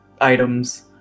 items